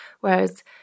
whereas